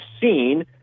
seen